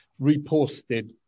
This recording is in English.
reposted